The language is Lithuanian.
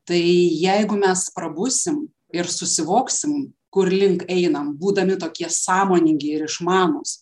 tai jeigu mes prabusim ir susivoksim kurlink einam būdami tokie sąmoningi ir išmanūs